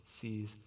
sees